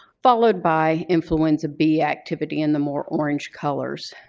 followed by influenza b activity in the more orange colors.